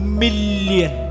million